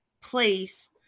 place